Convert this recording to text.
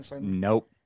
nope